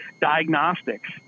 diagnostics